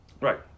Right